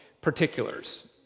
particulars